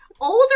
Older